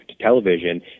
television